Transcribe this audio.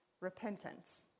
repentance